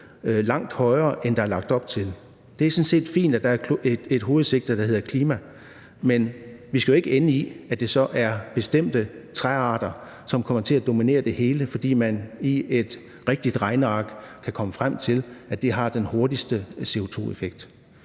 langt højere, end der er lagt op til. Det er sådan set fint, at der er et hovedsigte, der hedder klima, men vi skal jo ikke ende med, at det så er bestemte træarter, som kommer til at dominere det hele, fordi man i et rigtigt regneark kan komme frem til, at det har den hurtigste CO2-effekt.